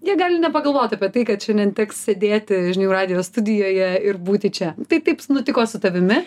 jie gali nepagalvot apie tai kad šiandien teks sėdėti žinių radijo studijoje ir būti čia tai taip nutiko su tavimi